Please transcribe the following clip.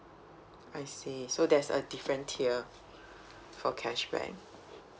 I see so there's a different tier for cashback